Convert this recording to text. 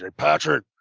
patrick,